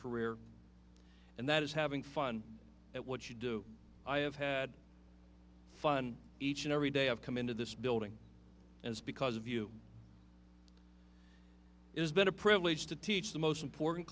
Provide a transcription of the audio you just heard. career and that is having fun at what you do i have had fun each and every day i've come into this building as because of you is been a privilege to teach the most important